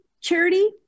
charity